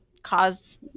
cause